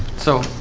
so,